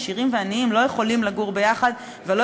עשירים ועניים לא יכולים לגור יחד ולא